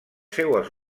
seues